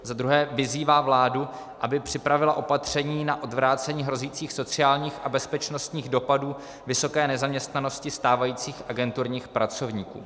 za druhé vyzývá vládu, aby připravila opatření na odvrácení hrozících sociálních a bezpečnostních dopadů vysoké nezaměstnanosti stávajících agenturních pracovníků.